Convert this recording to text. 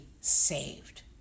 saved